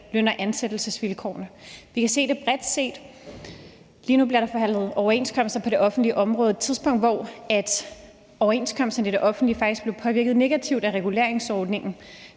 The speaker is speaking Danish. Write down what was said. løn- og ansættelsesvilkårene. Vi kan se det bredt. Lige nu bliver der forhandlet overenskomster på det offentlige område. Et tidspunkt, hvor overenskomsterne i det offentlige faktisk blev påvirket negativt af reguleringsordningen,